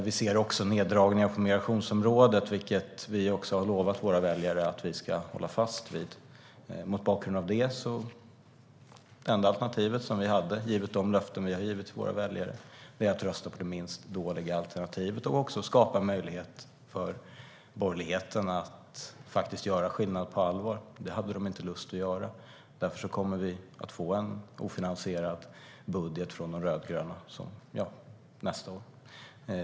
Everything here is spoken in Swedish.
Vi ser även neddragningar på migrationsområdet, vilket vi har lovat våra väljare att hålla fast vid. Mot den bakgrunden var vårt enda alternativ, givet de löften vi har gett våra väljare, att rösta på det minst dåliga alternativet. Det skapade även en möjlighet för borgerligheten att göra skillnad på allvar. Det hade de inte lust att göra. Därför kommer vi att få en ofinansierad budget från de rödgröna nästa år.